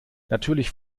natürlich